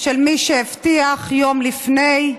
של מי שהבטיח יום לפני: